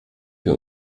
wir